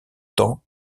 temps